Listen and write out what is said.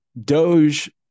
Doge